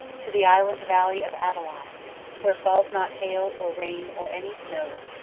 to the island-valley of avilion where falls not hail, or rain, or any snow,